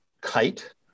kite